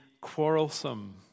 quarrelsome